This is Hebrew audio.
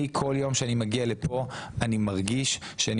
אני כל יום שאני מגיע לפה אני מרגיש שאני